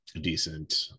decent